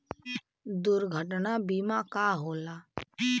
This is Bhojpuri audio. दुर्घटना बीमा का होला?